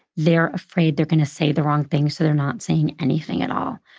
they're afraid they're gonna say the wrong thing, so they're not saying anything at all.